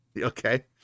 okay